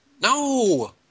No